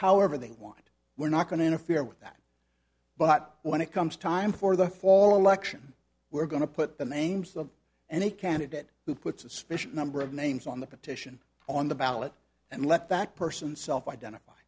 however they want we're not going to interfere with that but when it comes time for the fall election we're going to put the names of any candidate who puts a special number of names on the petition on the ballot and let that person self identify